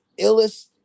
illest